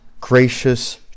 gracious